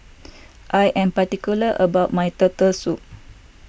I am particular about my Turtle Soup